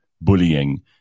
bullying